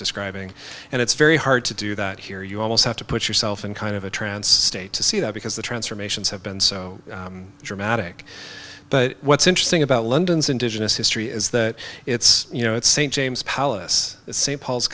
describing and it's very hard to do that here you almost have to put yourself in kind of a trance state to see that because the transformations have been so dramatic but what's interesting about london's indigenous history is that it's you know it's st james palace st paul's